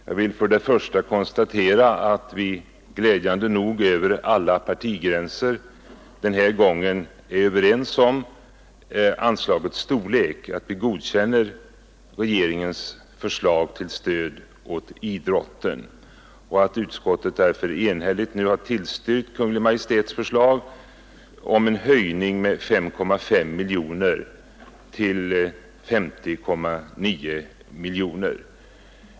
Jag vill först och främst konstatera att vi glädjande nog över alla partigränser den här gången är överens om anslagets storlek, att vi godkänner regeringens förslag till stöd åt idrotten, och att utskottet enhälligt har tillstyrkt Kungl. Maj:ts förslag om en höjning av anslaget med 5,5 miljoner till 50,9 miljoner.